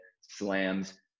slams